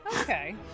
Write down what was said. okay